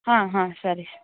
ಹಾಂ ಹಾಂ ಸರಿ ಸ